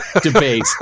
debate